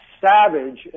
savage